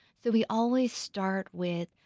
so we always start with,